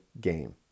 game